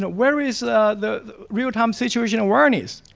ah where is the the real-time situation awareness?